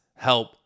help